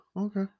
okay